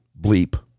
bleep